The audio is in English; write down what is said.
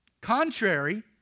contrary